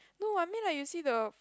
no I mean like you see the